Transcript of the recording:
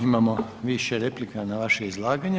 Imamo više replika na vaše izlaganje.